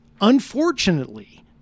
Unfortunately